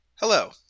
Hello